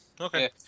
Okay